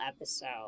episode